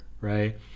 right